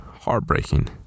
heartbreaking